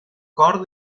cor